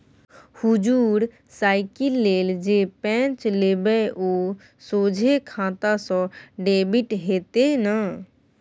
हुजुर साइकिल लेल जे पैंच लेबय ओ सोझे खाता सँ डेबिट हेतेय न